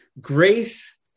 Grace